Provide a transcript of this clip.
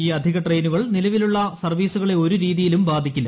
ഈ അധിക ട്രെയിനുകൾ നിലവിലുള്ള സർവ്വീസുകളെ ഒരു രീതിയിലും ബാധിക്കില്ല